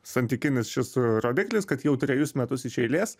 santykinis šis rodiklis kad jau trejus metus iš eilės